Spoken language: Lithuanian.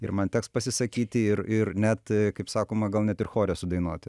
ir man teks pasisakyti ir ir net kaip sakoma gal net ir chore sudainuoti